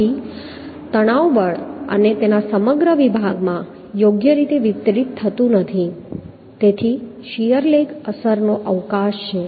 તેથી તણાવ બળ તેના સમગ્ર વિભાગમાં યોગ્ય રીતે વિતરિત થતું નથી તેથી શીયર લેગ અસરનો અવકાશ છે